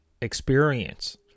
experience